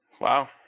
Wow